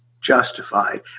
justified